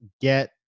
get